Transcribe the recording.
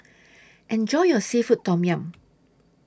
Enjoy your Seafood Tom Yum